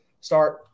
start –